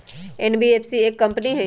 NBFC एक company हई?